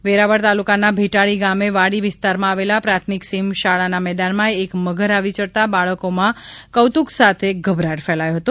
શાળા માં મગર વેરાવળ તાલુકાના ભેટાળી ગામે વાડી વિસ્તારમાં આવેલ પ્રાથમિક સીમ શાળા ના મેદાનમાં એક મગર આવી યડતા બાળકો માં કૌતુક સાથે ગભરાટ ફેલાયો હતો